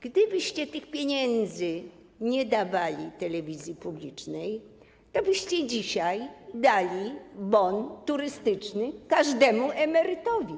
Gdybyście tych pieniędzy nie dawali telewizji publicznej, tobyście dzisiaj dali bon turystyczny każdemu emerytowi.